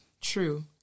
True